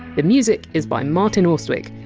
the music is by martin austwick,